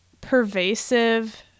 pervasive